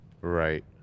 right